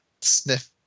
sniff